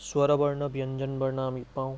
স্ৱৰ বৰ্ণ ব্যঞ্জন বৰ্ণ আমি পাওঁ